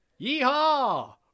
Yeehaw